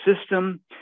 system